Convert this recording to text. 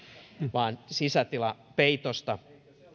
vaan sisätilapeitosta sitä